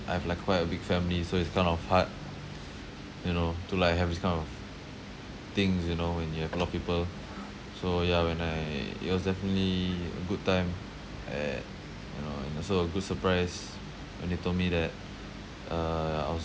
I've like quite a big family so it's kind of hard you know to like have this kind of things you know when you have a lot of people so ya when I it was definitely a good time and you know and also a good surprise when they told me that uh ya I was